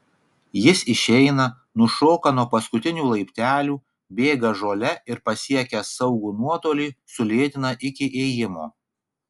jis išeina nušoka nuo paskutinių laiptelių bėga žole ir pasiekęs saugų nuotolį sulėtina iki ėjimo